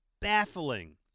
baffling